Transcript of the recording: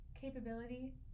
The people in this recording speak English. capability